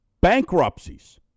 bankruptcies